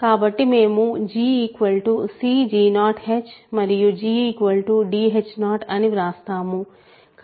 కాబట్టి మేము g cg0h మరియు g dh0 అని వ్రాస్తాము